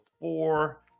four